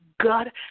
God